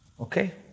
Okay